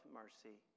mercy